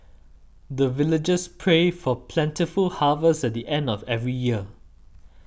the villagers pray for plentiful harvest at the end of every year